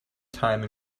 time